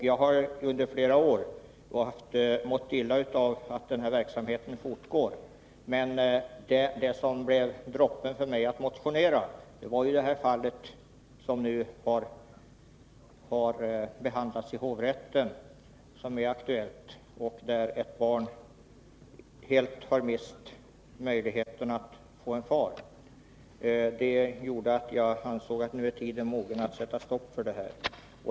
Jag har under flera år mått illa av att den här verksamheten fortgår, men det som till sist fick mig att motionera var det fall som nu har behandlats i hovrätten och där ett barn har mist möjligheten att få en far. Det gjorde att jag ansåg tiden vara mogen för att sätta stopp för detta.